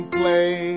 play